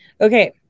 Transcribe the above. okay